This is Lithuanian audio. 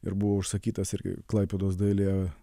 ir buvo užsakytas irgi klaipėdos dailėje